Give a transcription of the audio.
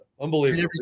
unbelievable